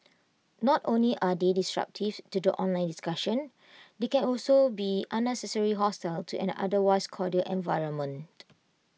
not only are they disruptive to the online discussion they can also be unnecessarily hostile to an otherwise cordial environment